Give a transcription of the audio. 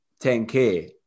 10K